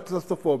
של הקסנופוביה,